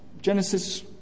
Genesis